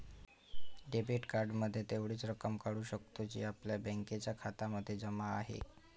debit card मधून तेवढीच रक्कम काढू शकतो, जी आपल्या बँकेच्या खात्यामध्ये जमा आहे